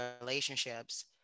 relationships